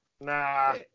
Nah